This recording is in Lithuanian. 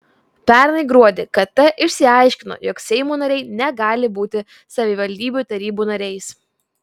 pernai gruodį kt išaiškino jog seimo nariai negali būti savivaldybių tarybų nariais